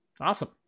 Awesome